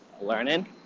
learning